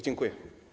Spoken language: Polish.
Dziękuję.